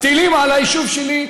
טילים על היישוב שלי,